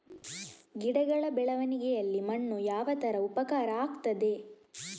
ಗಿಡಗಳ ಬೆಳವಣಿಗೆಯಲ್ಲಿ ಮಣ್ಣು ಯಾವ ತರ ಉಪಕಾರ ಆಗ್ತದೆ?